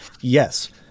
yes